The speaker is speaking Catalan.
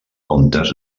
comptes